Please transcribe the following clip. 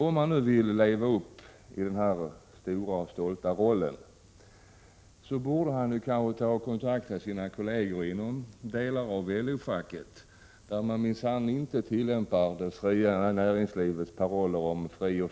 Om han vill leva upp till denna stora och stolta roll, borde han kanske kontakta sina kolleger i LO-facket där de minsann inte tillämpar det fria näringslivets paroller om fri